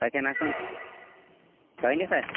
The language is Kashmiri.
تَتٮ۪ن آسَن چھٲنِتھ ہا